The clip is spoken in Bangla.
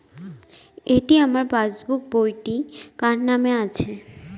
এটি আমার পাসবুক বইটি কার নামে আছে?